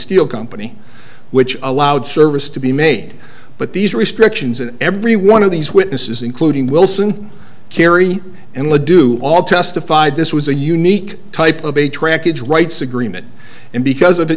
steel company which allowed service to be made but these restrictions and every one of these witnesses including wilson kerry and le doux all testified this was a unique type of a trackage rights agreement and because of th